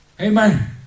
Amen